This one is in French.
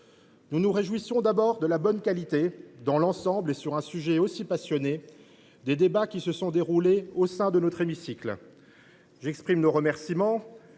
Nous nous réjouissons, d’abord, de la bonne qualité, dans l’ensemble et sur un sujet aussi passionné, des débats qui ont eu lieu au sein de notre hémicycle. J’adresse nos remerciements